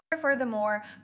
Furthermore